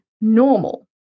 normal